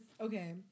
okay